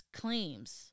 claims